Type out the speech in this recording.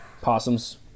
Possums